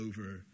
over